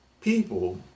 people